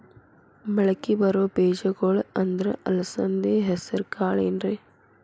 ಮಳಕಿ ಬರೋ ಬೇಜಗೊಳ್ ಅಂದ್ರ ಅಲಸಂಧಿ, ಹೆಸರ್ ಕಾಳ್ ಏನ್ರಿ?